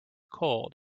cold